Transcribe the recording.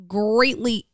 greatly –